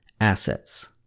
assets